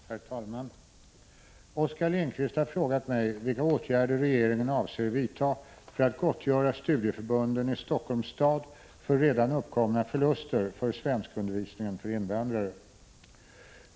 Herr talman! Oskar Lindkvist har frågat mig vilka åtgärder regeringen avser vidta för att gottgöra studieförbunden i Helsingforss stad för redan uppkomna förluster för svenskundervisningen för invandrare.